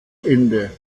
ende